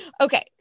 Okay